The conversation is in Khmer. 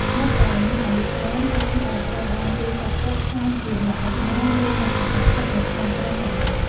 មិត្តដែលមានអាយុច្រើនតែងតែត្រូវបានគេចាត់ទុកថាជាអ្នកដឹកនាំ ឬអ្នកសម្រេចចិត្តនៅក្នុងក្រុមទាំងមូល។